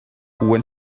when